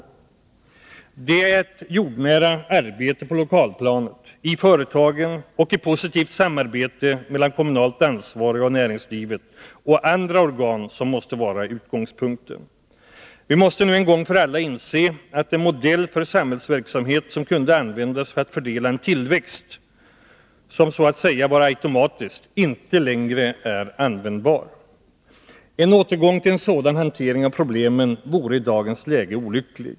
Det är ett jordnära arbete på lokalplanet — i företagen och i positivt samarbete mellan kommunalt ansvariga och näringslivet och andra organ — som måste vara utgångspunkten. Vi måste nu en gång för alla inse att den modell för samhällsverksamhet som kunde användas för att fördela en tillväxt, som så att säga var automatisk, inte längre är användbar. En återgång till en sådan hantering av problemen vore i dagens läge olycklig.